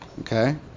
Okay